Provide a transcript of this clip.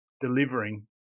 delivering